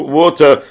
water